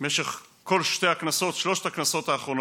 משך כל שלוש הכנסות האחרונות,